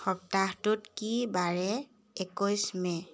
সপ্তাহটোত কি বাৰে একৈছ মে'